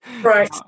Right